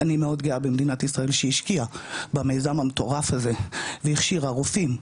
אני מאוד גאה במדינת ישראל שהשקיעה במיזם המטורף הזה והכשירה רופאים,